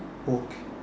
okay